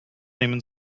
nehmen